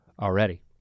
already